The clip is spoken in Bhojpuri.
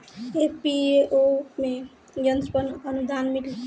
एफ.पी.ओ में यंत्र पर आनुदान मिँली?